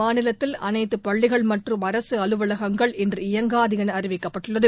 மாநிலத்தில் அனைத்து பள்ளிகள் மற்றும் அரசு அலுவலகங்கள் இன்று இயங்காது என அறிவிக்கப்பட்டுள்ளது